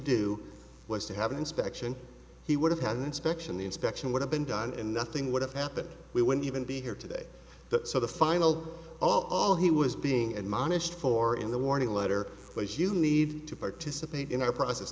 do was to have an inspection he would have had an inspection the inspection would have been done and nothing would have happened we wouldn't even be here today that so the final all he was being admonished for in the warning letter place you need to participate in a process